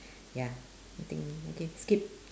ya I think okay skip